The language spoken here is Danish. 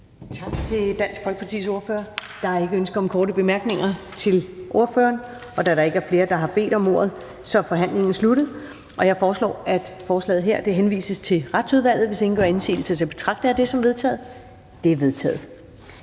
Tak til Dansk Folkepartis ordfører. Der er ikke ønsker om korte bemærkninger til ordføreren. Da der ikke er flere, der har bedt om ordet, er forhandlingen sluttet. Jeg foreslår, at forslaget henvises til Retsudvalget. Hvis ingen gør indsigelse, betragter jeg det som vedtaget. Det er vedtaget.